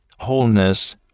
wholeness